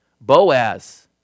Boaz